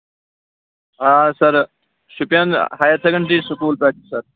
آ sir Shopian higher secondary school پیٚٹھ سر